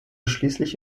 schließlich